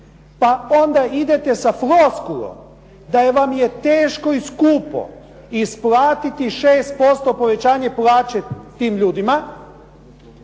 pa onda idete sa floskulom da vam je teško i skupo isplatiti 6% povećanje plaće tim ljudima,